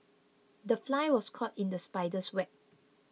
the fly was caught in the spider's web